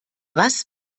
was